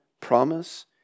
promise